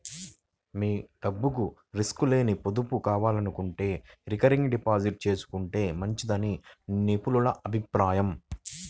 మీ డబ్బుకు రిస్క్ లేని పొదుపు కావాలనుకుంటే రికరింగ్ డిపాజిట్ చేసుకుంటే మంచిదని నిపుణుల అభిప్రాయం